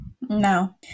no